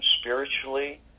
spiritually